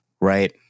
right